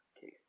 case